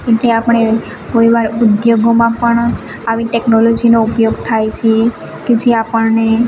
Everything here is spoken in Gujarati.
કેમ કે આપણે કોઈ વાર ઉદ્યોગોમાં પણ આવી ટેક્નોલોજીનો ઉપયોગ થાય છે કે જે આપણને